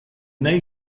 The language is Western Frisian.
nee